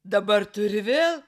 dabar tu ir vėl